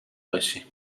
باشیم